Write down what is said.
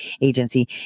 Agency